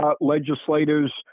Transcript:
legislators